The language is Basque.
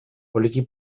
poliki